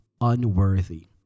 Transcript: unworthy